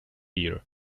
year